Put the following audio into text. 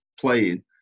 playing